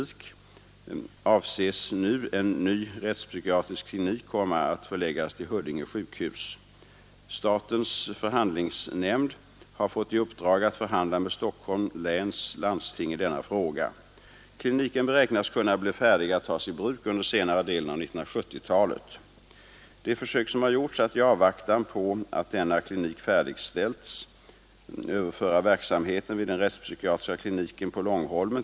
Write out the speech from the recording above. I stället för den planerade förl kritik avses nu en ny rättspsykiatrisk klinik komma att förläggas till Huddinge sjukhus. Statens förhandlingsnämnd har fått i uppdrag att förhandla med Stockholms läns landsting i denna fråga. Kliniken be De försök som har gjorts att i avvaktan på att denna klinik färdigställs — överföra verksamheten vid den rättspsykiatriska kliniken på Långholmen nas kunna bli färdig att tas i bruk under senare delen av 1970-talet.